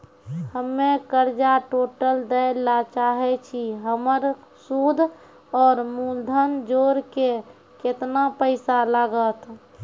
हम्मे कर्जा टोटल दे ला चाहे छी हमर सुद और मूलधन जोर के केतना पैसा लागत?